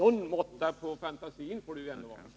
Det får vara någon måtta på fantasin.